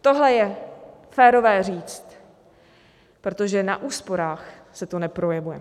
Tohle je férové říct, protože na úsporách se to neprojevuje.